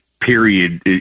period